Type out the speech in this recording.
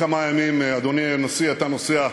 זהו,